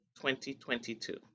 2022